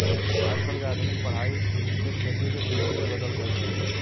आजकल के आधुनिक पढ़ाई से खेती के सुउरते बदल गएल ह